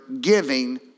giving